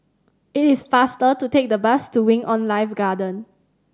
it is faster to take the bus to Wing On Life Garden